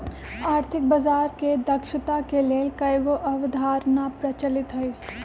आर्थिक बजार के दक्षता के लेल कयगो अवधारणा प्रचलित हइ